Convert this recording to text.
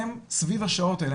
הם סביב השעות האלה.